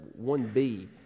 1B